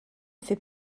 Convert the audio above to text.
fait